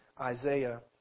Isaiah